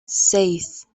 seis